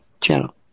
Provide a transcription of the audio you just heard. channel